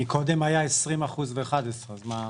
מקודם היה עשרים אחוז ו־11 אחוז.